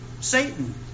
Satan